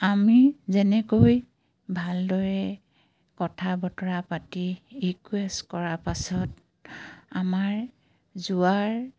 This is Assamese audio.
আমি যেনেকৈ ভালদৰে কথা বতৰা পাতি ৰিকুৱেষ্ট কৰা পাছত আমাৰ যোৱাৰ